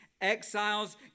exiles